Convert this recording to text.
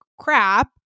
crap